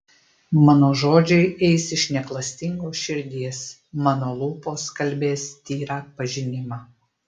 mano žodžiai eis iš neklastingos širdies mano lūpos kalbės tyrą pažinimą